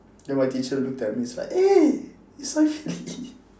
then my teacher looked at me it's like eh it's saifu~